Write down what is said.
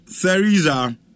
Theresa